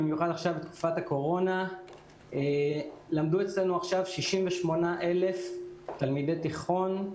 במיוחד עכשיו בתקופת הקורונה למדו אצלנו 68,000 תלמידי תיכון.